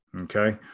Okay